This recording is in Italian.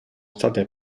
state